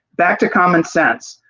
back to common sense.